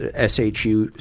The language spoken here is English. ah s h u,